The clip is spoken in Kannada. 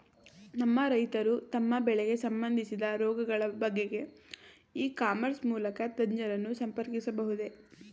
ನಮ್ಮ ರೈತರು ತಮ್ಮ ಬೆಳೆಗೆ ಸಂಬಂದಿಸಿದ ರೋಗಗಳ ಬಗೆಗೆ ಇ ಕಾಮರ್ಸ್ ಮೂಲಕ ತಜ್ಞರನ್ನು ಸಂಪರ್ಕಿಸಬಹುದೇ?